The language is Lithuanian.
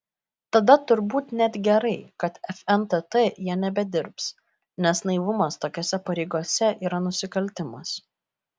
tada turbūt net gerai kad fntt jie nebedirbs nes naivumas tokiose pareigose yra nusikaltimas